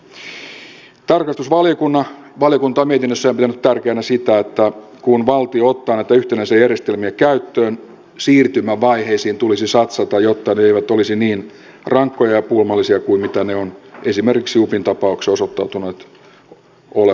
tarkastusvaliokunta on mietinnössään pitänyt tärkeänä sitä että kun valtio ottaa näitä yhtenäisiä järjestelmiä käyttöön siirtymävaiheisiin tulisi satsata jotta ne eivät olisi niin rankkoja ja pulmallisia kuin ne ovat esimerkiksi upin tapauksessa osoittautuneet olevan